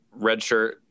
redshirt